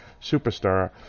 superstar